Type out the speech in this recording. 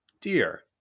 dear